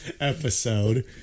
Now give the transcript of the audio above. Episode